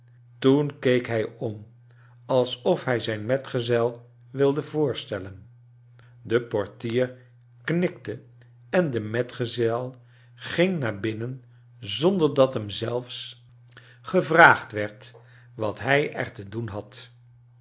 toen keek hij om alsof bij zijn metgezel wilde voorstellen de portier knikte en de metgezel ging naar binnen zonder dat hem zelfs gevraagd werd wat hij er te doen had